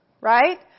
right